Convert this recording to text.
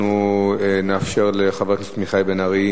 אנחנו נאפשר לחבר הכנסת מיכאל בן-ארי